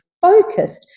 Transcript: focused